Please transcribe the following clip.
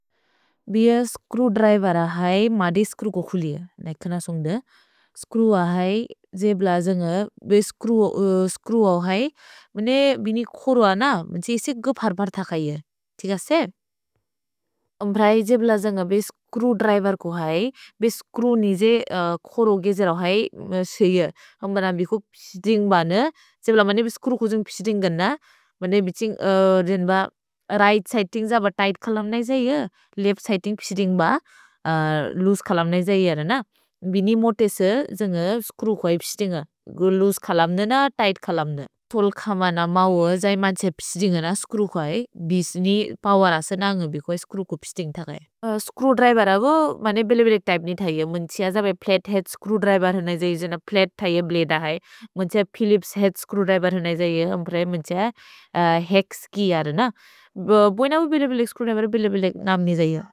VO screwdriver है, मदे screw को खुलिअ। स्च्रेव है, जे ब्लजन्ग बे स्च्रेव है, मेने बिनि खोरुअ न, मेन्से इसि गु फर्-फर् थकैअ। तिग से? अम् ब्रै, जे ब्लजन्ग बे स्च्रेव्द्रिवेर् को है, बे स्च्रेव् निजे खोरो गेजे रौ है, से इअ। अम् बन बिको पिश्दिन्ग् बन, जे ब्लमने बे स्च्रेव् कुजुन्ग् पिश्दिन्ग् गन, मेने बिछिन्ग् देन्ब रिघ्त्-सिदिन्ग् ज ब तिघ्त्-चोलुम्न् न इज इअ, लेफ्त्-सिदिन्ग् पिश्दिन्ग् ब, लूसे चोलुम्न् न इज इअ रन। भिनि मोतेसे, जेन्गे स्च्रेव् को है पिश्दिन्ग, लूसे चोलुम्न् देन, तिघ्त् चोलुम्न् देन। तोल् खमन, मौअ, जै मन्छे पिश्दिन्ग न स्च्रेव् को है, बिस्नि पवर् अस, नन्ग बिको है, स्च्रेव् को पिश्दिन्ग् थकैअ। स्च्रेव्द्रिवेर हो, मने बिले-बिलेक् त्य्पे निथ इअ, मेन्से इअज बे फ्लत्-हेअद् स्च्रेव्द्रिवेर न इज इअ, जेने फ्लत् थैअ ब्लदेअ है, मेन्से फिल्लिप्स् हेअद् स्च्रेव्द्रिवेर न इज इअ, अम् प्रए, मेन्से हेक्स् केय रन। भोइन हो बिले-बिलेक् स्च्रेव्द्रिवेर, बोइन हो बिले-बिलेक् नम् न इज इअ।